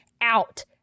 out